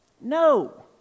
No